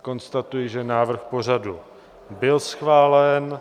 Konstatuji, že návrh pořadu byl schválen.